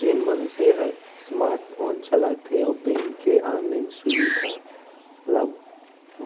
जेन मनसे हर स्मार्ट फोन चलाथे अउ बेंक के ऑनलाइन सुभीता ल